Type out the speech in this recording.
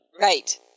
Right